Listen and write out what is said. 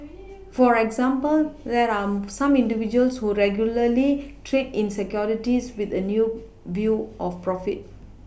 for example there are some individuals who regularly trade in Securities with a new view to profit